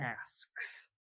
asks